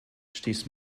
stieß